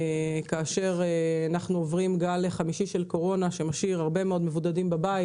כאשר אנחנו עוברים גל חמישי של קורונה שמשאיר הרבה מאוד מבודדים בבית,